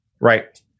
right